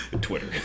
Twitter